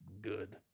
Good